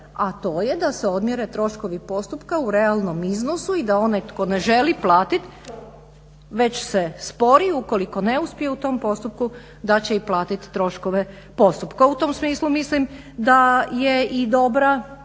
a to je da se odmjere troškovi postupka u realnom iznosu i da onaj tko ne želi platit već se spori, ukoliko ne uspije u tom postupku da će i platiti i troškove postupka. U tom smislu mislim da je i dobra